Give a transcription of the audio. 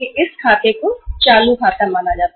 इस खाते को चालू खाता माना जाता है